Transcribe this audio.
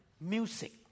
music